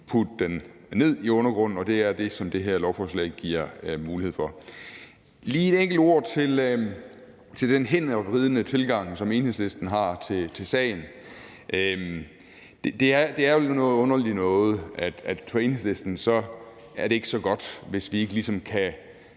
putte den ned i undergrunden – og det er det, som det her lovforslag giver mulighed for. Lige et enkelt ord om den hændervridende tilgang, som Enhedslisten har til sagen. Det er jo noget underligt noget, at det for Enhedslisten ikke er så godt, hvis vi ikke ligesom kan